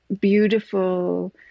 Beautiful